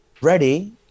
ready